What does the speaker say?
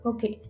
Okay